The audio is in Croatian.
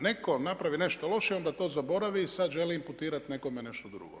Netko napravi nešto loše, onda to zaboravi i sad želi imputirati nekom nešto drugo.